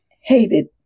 hated